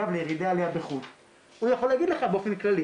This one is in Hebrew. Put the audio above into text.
הוא יכול להגיד לך באופן כללי,